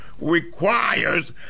requires